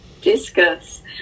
Discuss